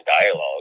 dialogue